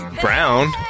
brown